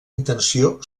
intenció